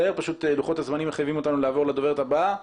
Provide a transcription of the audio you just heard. לוחות הזמנים מחייבים אותנו לעבור לדוברת הבאה.